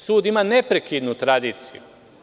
Sud ima neprekidnu tradiciju.